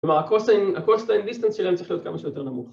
כלומר ה-cosine ה-cosine distance שלהם צריך להיות כמה שיותר נמוך